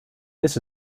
this